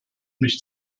mich